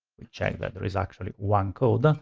we check that there is actually one code.